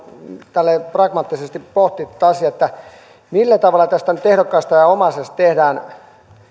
tällä lailla pragmaattisesti pohtia tätä asiaa millä tavalla nyt ehdokkaasta ja ja omaisesta tehdään